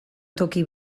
toki